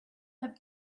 have